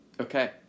Okay